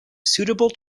suitable